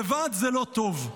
לבד זה לא טוב.